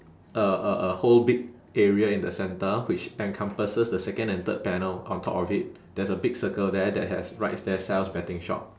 a a a whole big area in the centre which encompasses the second and third panel on top of it there's a big circle there that has writes there saul's betting shop